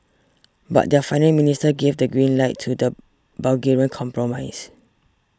but their finance ministers gave the green light to the Bulgarian compromise